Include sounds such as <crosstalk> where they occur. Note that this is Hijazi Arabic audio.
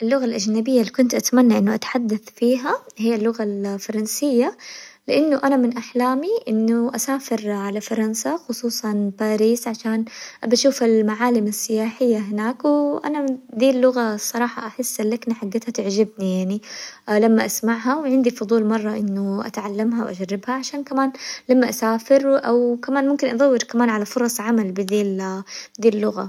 اللغة الأجنبية اللي كنت أتمنى إنه أتحدث فيها هي اللغة الفرنسية، لأنه أنا من أحلامي إنه أسافر <hesitation> على فرنسا خصوصاً باريس عشان أبى أشوف المعالم السياحية هناك وأنا دي اللغة صراحة أحس اللكنة حقتها تعجبني يعني، <hesitation> لما أسمعها وعندي فضول مرة إنه أتعلمها وأجربها، عشان كمان لما أسافر أو كمان ممكن أدور كمان على فرص عمل بذي ال- <hesitation> بذي اللغة.